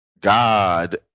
God